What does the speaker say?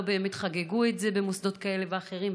לא באמת חגגו את זה במוסדות כאלה ואחרים,